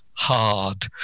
hard